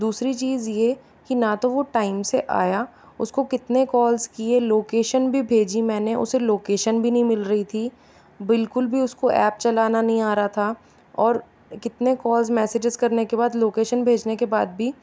दूसरी चीज़ ये कि ना तो वो टाइम से आया उसको कितने कॉल्स किए लोकेशन भी भेजी मैंने ने उस को लोकेशन भी नहीं मिल रही थी बिलकुल भी उसको ऐप चलाना नहीं आ रहा था और कितने कॉल्स मैसेजेस करने के बाद लोकेशन भेजने के बाद भी